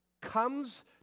comes